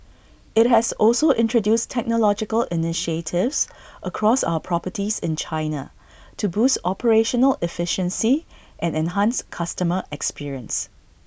IT has also introduced technological initiatives across our properties in China to boost operational efficiency and enhance customer experience